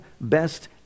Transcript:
best